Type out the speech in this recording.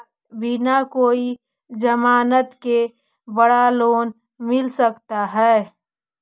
बिना कोई जमानत के बड़ा लोन मिल सकता है?